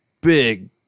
big